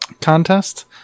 contest